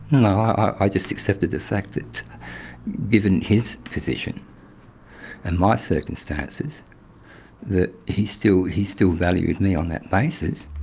i just accepted the fact that given his position and my circumstances that he still he still valued me on that basis.